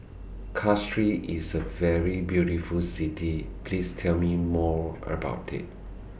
Castries IS A very beautiful City Please Tell Me More about IT